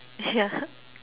yeah